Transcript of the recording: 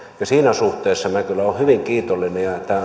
siinä suhteessa minä kyllä olen hyvin kiitollinen ja